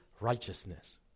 righteousness